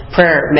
Prayer